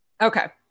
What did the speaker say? okay